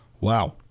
Wow